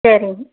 சரிங்க